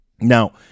Now